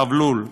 חבלול,